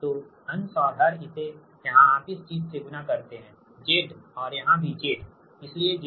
तो अंश और हर इसे यहाँ आप इस चीज से गुणा करते हैं Z और यहाँ भी Z इसलिए Z2